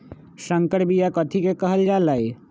संकर बिया कथि के कहल जा लई?